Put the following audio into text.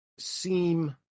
seem